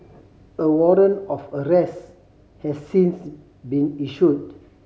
a warrant of arrest has since been issued